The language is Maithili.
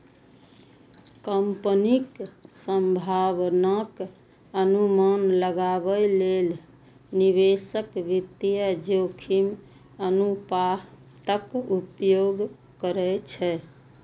कंपनीक संभावनाक अनुमान लगाबै लेल निवेशक वित्तीय जोखिम अनुपातक उपयोग करै छै